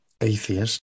atheist